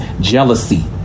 jealousy